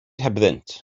hebddynt